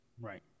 Right